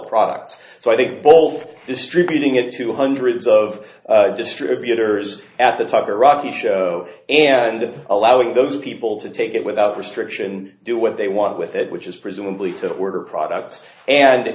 products so i think both distributing it to hundreds of distributors at the tiger rocky show and allowing those people to take it without restriction do what they want with it which is presumably to order products and